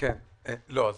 גיא יציג את זה,